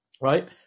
right